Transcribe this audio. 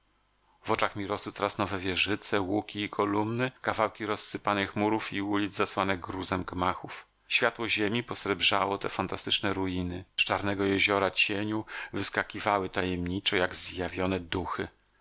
w oczach mi rosły coraz nowe wieżyce łuki i kolumny kawałki rozsypanych murów i ulic zasłane gruzem gmachów światło ziemi posrebrzało te fantastyczne ruiny z czarnego jeziora cieniu wyskakiwały tajemniczo jak zjawione duchy